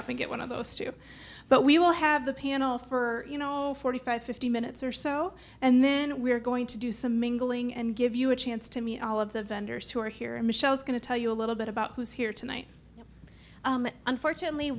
up and get one of those too but we will have the panel for you know forty five fifty minutes or so and then we're going to do some mingling and give you a chance to meet all of the vendors who are here and michelle is going to tell you a little bit about who's here tonight unfortunately